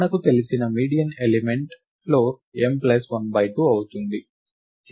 మనకు తెలిసిన median element floor m1 2 అవుతుంది